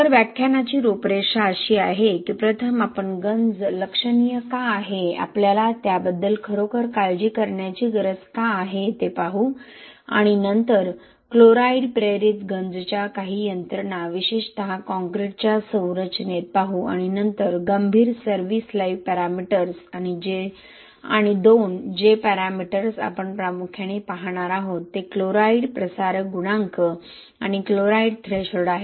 तर व्याख्यानाची रूपरेषा अशी आहे की प्रथम आपण गंज लक्षणीय का आहे आपल्याला त्याबद्दल खरोखर काळजी करण्याची गरज का आहे ते पाहू आणि नंतर क्लोराईड प्रेरित गंजच्या काही यंत्रणा विशेषत काँक्रीटच्या संरचनेत पाहू आणि नंतर गंभीर सर्व्हीस लाईफ पॅरामीटर्स आणि दोन जे पॅरामीटर्स आपण प्रामुख्याने पाहणार आहोत ते क्लोराईड प्रसार गुणांक आणि क्लोराईड थ्रेशोल्ड आहेत